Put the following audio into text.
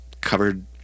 covered